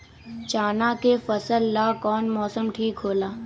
चाना के फसल ला कौन मौसम ठीक होला?